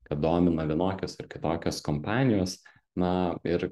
kad domina vienokios ar kitokios kompanijos na ir